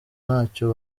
ntacyo